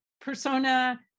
persona